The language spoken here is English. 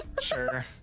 Sure